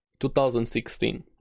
2016